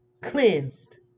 Cleansed